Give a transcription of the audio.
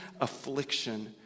affliction